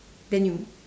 then you